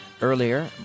Earlier